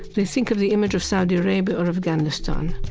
they think of the image of saudi arabia or afghanistan.